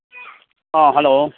ꯑꯥ hello